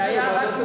זה היה רק,